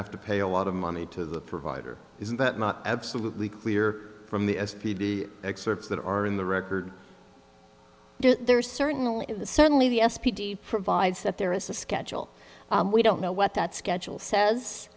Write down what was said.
have to pay a lot of money to the provider isn't that not absolutely clear from the s p d excerpts that are in the record there's certainly certainly the s p d provides that there is a schedule we don't know what that schedule says